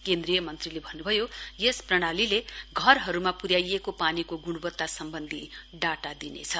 केन्द्रीय मन्त्रीले भन्नुभयो यस प्रणालीले घरहरूमा पुर्याइएको पानीको गुणवत्ता सम्वन्धी डाटा दिनेछ